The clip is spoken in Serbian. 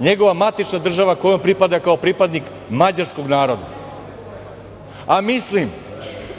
njegova matična država kojoj on pripada kao pripadnik mađarskog naroda. Mislim